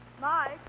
Mike